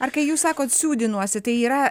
ar kai jūs sakot siūdinuosi tai yra